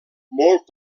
molt